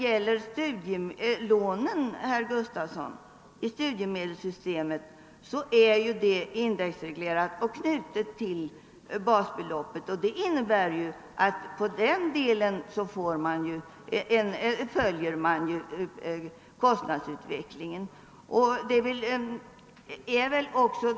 Men studielånen i studiemedelssystemet är ju indexreglerade, herr Gustavsson, och knutna till basbeloppet, och det innebär att man följer kostnadsutvecklingen på den delen.